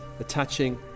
attaching